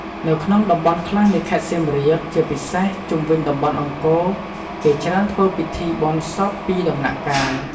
នៅក្នុងតំបន់ខ្លះនៃខេត្តសៀមរាប ជាពិសេសជុំវិញតំបន់អង្គរ គេច្រើនធ្វើពិធីបុណ្យសពពីរដំណាក់កាល។